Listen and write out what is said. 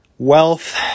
Wealth